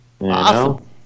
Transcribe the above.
Awesome